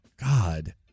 God